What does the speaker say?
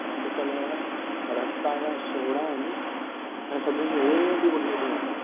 अॼुकल्ह रास्ता हेॾा सोड़ा आहिनि ऐं सभिनी खे हेॾी वॾी वॾी गाॾियूं